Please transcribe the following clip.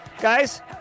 Guys